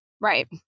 Right